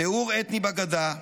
טיהור אתני בגדה,